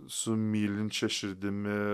su mylinčia širdimi